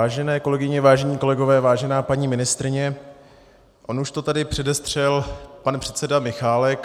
Vážené kolegyně, vážení kolegové, vážená paní ministryně, už to tady předestřel pan předseda Michálek.